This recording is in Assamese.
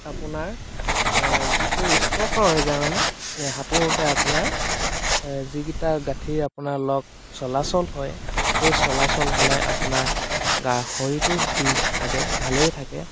আপোনাৰ যিটো স্পৰ্শ হৈ যায় মানে সাঁতোৰোতে আপোনাৰ যিকেইটা গাঁঠীৰ আপোনাৰ লগ চলাচল হয় সেই চলাচল হ'লে আপোনাৰ গা শৰীৰটো ফিট থাকে ভালেই থাকে